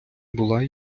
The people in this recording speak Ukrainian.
була